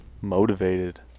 motivated